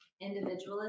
individualism